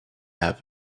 have